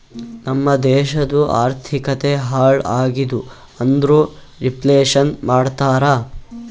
ನಮ್ ದೇಶದು ಆರ್ಥಿಕತೆ ಹಾಳ್ ಆಗಿತು ಅಂದುರ್ ರಿಫ್ಲೇಷನ್ ಮಾಡ್ತಾರ